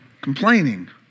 Complaining